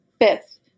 Fifth